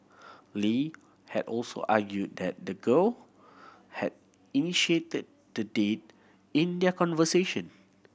Lee had also argued that the girl had initiated the date in their conversation